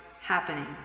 happening